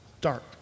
dark